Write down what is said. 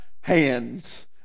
hands